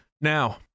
Now